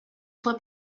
fue